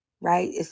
right